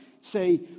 say